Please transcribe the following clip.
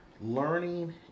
learning